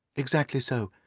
exactly so.